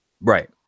Right